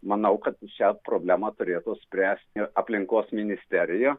manau kad šią problemą turėtų spręsti aplinkos ministerija